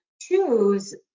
choose